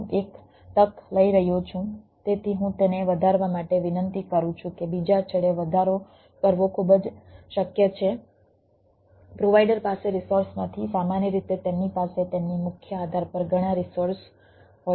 હું એક તક લઈ રહ્યો છું તેથી હું તેને વધારવા માટે વિનંતી કરું છું કે બીજા છેડે વધારો કરવો ખૂબ જ શક્ય છે પ્રોવાઈડર પાસે રિસોર્સ નથી સામાન્ય રીતે તેમની પાસે તેમની મુખ્ય આધાર પર ઘણાં રિસોર્સ હોય છે